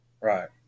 Right